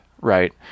right